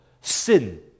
Sin